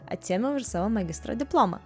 atsiėmiau ir savo magistro diplomą